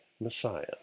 Messiah